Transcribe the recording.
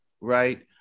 right